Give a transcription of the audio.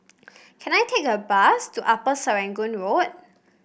can I take a bus to Upper Serangoon Road